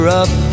up